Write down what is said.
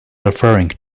referring